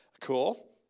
Cool